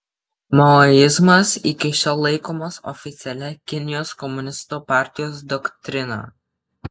maoizmas iki šiol laikomas oficialia kinijos komunistų partijos doktrina